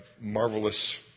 marvelous